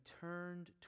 turned